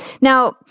Now